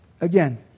Again